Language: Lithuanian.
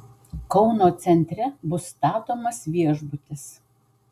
kauno centre bus statomas viešbutis